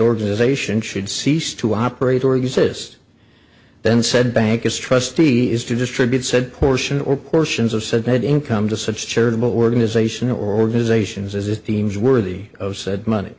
organization should cease to operate or exist then said bank is trustee is to distribute said portion or portions of said that income to such charitable organization organizations as it deems worthy of